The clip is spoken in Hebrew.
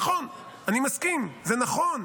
נכון, אני מסכים, זה נכון,